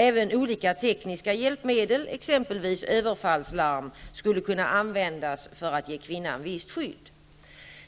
Även olika tekniska hjälpmedel, exempelvis överfallslarm, skulle kunna användas för att ge kvinnan visst skydd.